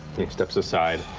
steps aside,